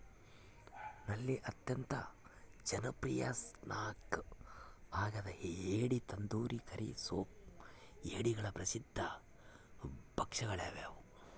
ನಳ್ಳಿ ಅತ್ಯಂತ ಜನಪ್ರಿಯ ಸ್ನ್ಯಾಕ್ ಆಗ್ಯದ ಏಡಿ ತಂದೂರಿ ಕರಿ ಸೂಪ್ ಏಡಿಗಳ ಪ್ರಸಿದ್ಧ ಭಕ್ಷ್ಯಗಳಾಗ್ಯವ